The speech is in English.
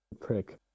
prick